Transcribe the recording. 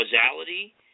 causality